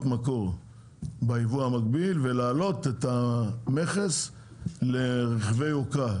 מקור ביבוא המקביל ולהעלות את המכס לרכבי יוקרה,